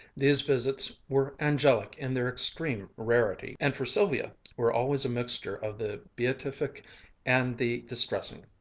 these visits were angelic in their extreme rarity, and for sylvia were always a mixture of the beatific and the distressing.